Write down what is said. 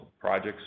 projects